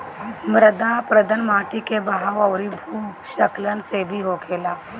मृदा अपरदन माटी के बहाव अउरी भू स्खलन से भी होखेला